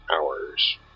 hours